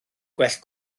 gwell